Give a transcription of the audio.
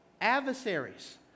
Adversaries